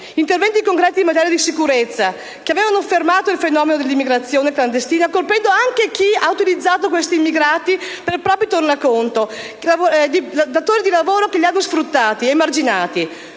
Interventi concreti in materia di sicurezza avevano fermato il fenomeno dell'immigrazione clandestina colpendo anche chi ha utilizzato questi immigrati per il proprio tornaconto, datori di lavoro che li hanno sfruttati ed emarginati.